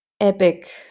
epic